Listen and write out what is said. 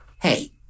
Hey